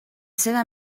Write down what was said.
seva